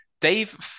Dave